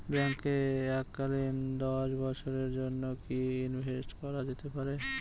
ব্যাঙ্কে এককালীন দশ বছরের জন্য কি ইনভেস্ট করা যেতে পারে?